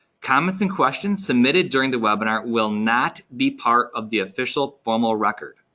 comments and questions submitted during the webinar will not be part of the official formal record.